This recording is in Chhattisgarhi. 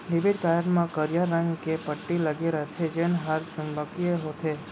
डेबिट कारड म करिया रंग के पट्टी लगे रथे जेन हर चुंबकीय होथे